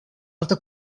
alta